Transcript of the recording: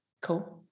cool